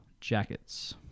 Jackets